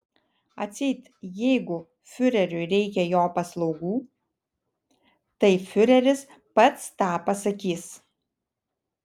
atseit jeigu fiureriui reikia jo paslaugų tai fiureris pats tą pasakys